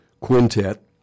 quintet